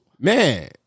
Man